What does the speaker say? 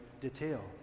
detail